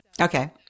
Okay